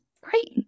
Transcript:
great